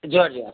ଜୁହାର ଜୁହାର